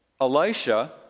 Elisha